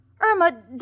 Irma